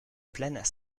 plaine